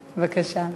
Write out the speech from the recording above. בבקשה.